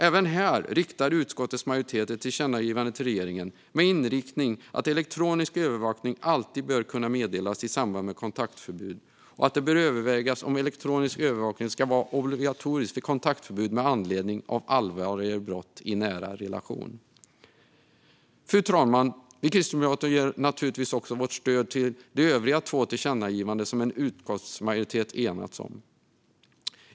Även här riktar utskottets majoritet ett tillkännagivande till regeringen med inriktningen att elektronisk övervakning alltid bör kunna meddelas i samband med kontaktförbud och att det bör övervägas om elektronisk övervakning ska vara obligatorisk vid kontaktförbud med anledning av allvarligare brott i en nära relation. Fru talman! Vi kristdemokrater ger naturligtvis också vårt stöd till de övriga två tillkännagivanden som en utskottsmajoritet enats om.